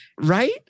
Right